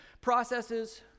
processes